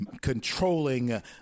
controlling